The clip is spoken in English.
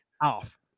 off